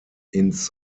ins